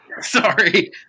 Sorry